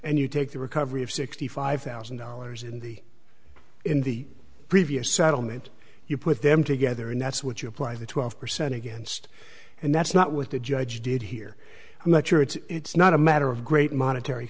and you take the recovery of sixty five thousand dollars in the in the previous settlement you put them together and that's what you apply the twelve percent against and that's not what the judge did here i'm not sure it's not a matter of great monetary